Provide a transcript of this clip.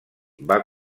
van